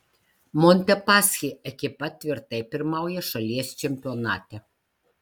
montepaschi ekipa tvirtai pirmauja šalies čempionate